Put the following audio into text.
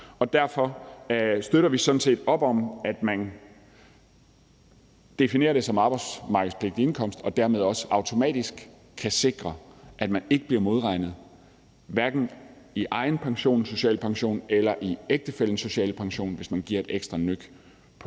Derfor støtter vi sådan set op om, at man definerer det som arbejdsmarkedspligtig indkomst og dermed også automatisk kan sikre, at man ikke bliver modregnet, hverken i egen pension, i social pension eller i ægtefællens sociale pension, hvis man tager en ekstra tørn på